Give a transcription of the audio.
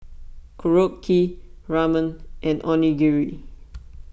Korokke Ramen and Onigiri